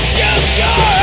future